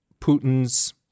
Putin's